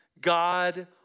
God